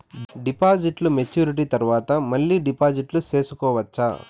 డిపాజిట్లు మెచ్యూరిటీ తర్వాత మళ్ళీ డిపాజిట్లు సేసుకోవచ్చా?